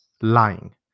lying